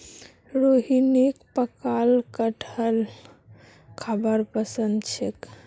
रोहिणीक पकाल कठहल खाबार पसंद छेक